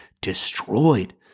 destroyed